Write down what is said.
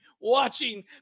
watching